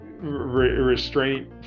restraint